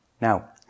Now